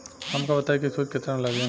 हमका बताई कि सूद केतना लागी?